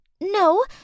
No